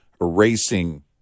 erasing